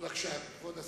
כבוד השר,